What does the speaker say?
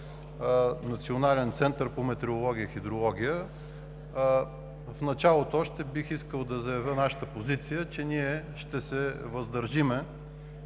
Национален център по метеорология и хидрология. В началото още бих искал да заявя нашата позиция, че ние ще се въздържим